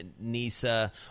Nisa